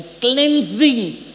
cleansing